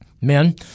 men